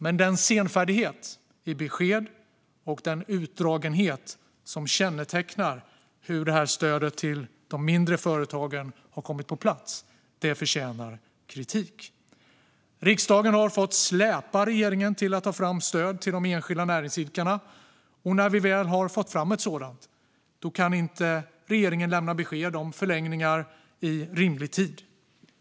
Men den senfärdighet i besked och den utdragenhet som kännetecknar hur stödet till de mindre företagen har kommit på plats förtjänar kritik. Riksdagen har fått släpa regeringen till att ta fram stöd till de enskilda näringsidkarna, och när vi väl har fått fram ett sådant kan inte regeringen lämna besked om förlängningar i rimlig tid.